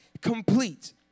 complete